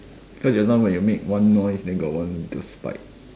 cause just now when you make one noise then got one the spike